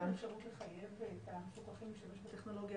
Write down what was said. אפשרות לחייב את המפוקחים להשתמש בטכנולוגיה